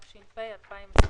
התש"ף-2020.